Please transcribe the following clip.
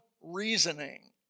reasoning